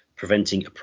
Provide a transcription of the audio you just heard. preventing